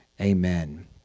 amen